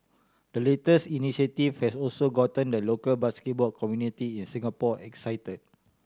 the latest initiative has also gotten the local basketball community in Singapore excited